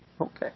Okay